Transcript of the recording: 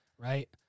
Right